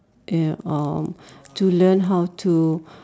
ya or to learn how to